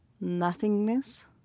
nothingness